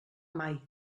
mai